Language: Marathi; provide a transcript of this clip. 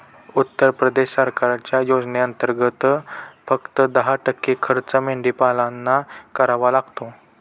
उत्तर प्रदेश सरकारच्या योजनेंतर्गत, फक्त दहा टक्के खर्च मेंढीपालकांना करावा लागतो